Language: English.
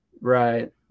Right